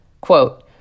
Quote